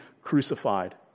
crucified